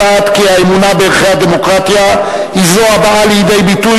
יודעת כי האמונה בערכי הדמוקרטיה היא זו הבאה לידי ביטוי